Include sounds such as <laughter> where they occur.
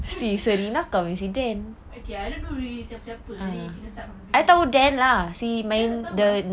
<laughs> okay I don't know sesiapa jadi kita start from the beginning then that time apa ah